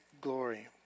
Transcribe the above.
glory